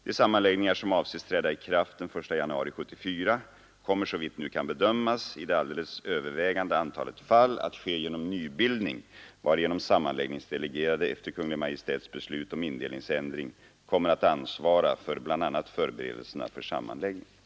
De sammanläggningar, som avses träda i kraft den 1 januari 1974, kommer, såvitt nu kan bedömas, i det alldeles övervägande antalet fall att ske genom nybildning varigenom sammanläggningsdelegerade, efter Kungl. Maj:ts beslut om indelningsändring, kommer att ansvara för bl.a.